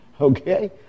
okay